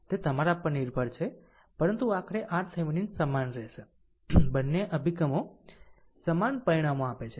તે તમારા પર નિર્ભર છે પરંતુ આખરે RThevenin સમાન રહેશે બંને અભિગમો સમાન પરિણામો આપે છે